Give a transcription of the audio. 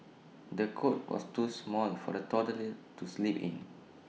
the cot was too small for the toddler to sleep in